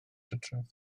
hydref